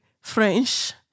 French